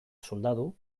soldadu